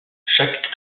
chaque